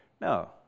No